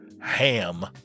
Ham